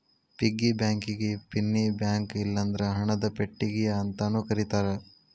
piggy ಬ್ಯಾಂಕಿಗಿ ಪಿನ್ನಿ bank ಇಲ್ಲಂದ್ರ ಹಣದ ಪೆಟ್ಟಿಗಿ ಅಂತಾನೂ ಕರೇತಾರ